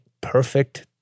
perfect